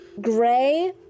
gray